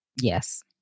Yes